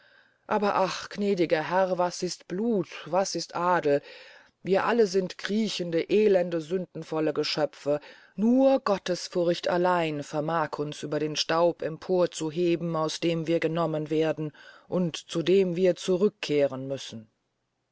aber ach gnädiger herr was ist blut was ist adel wir alle sind kriechende elende sündenvolle geschöpfe nur gottesfurcht allein vermag uns über den staub empor zu heben aus dem wir genommen wurden und zu dem wir zurückkehren müssen